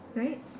right